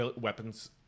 weapons